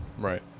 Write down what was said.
right